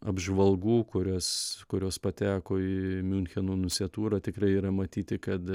apžvalgų kurias kurios pateko į miuncheno nunciatūrą tikrai yra matyti kad